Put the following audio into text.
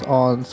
on